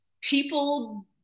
people